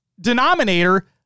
denominator